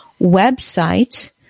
website